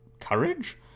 Courage